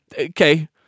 okay